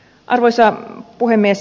arvoisa puhemies